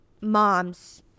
moms